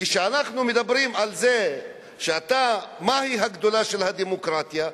וכשאנחנו מדברים על זה, מהי הגדולה של הדמוקרטיה?